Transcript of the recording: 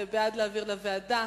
זה בעד להעביר לוועדה,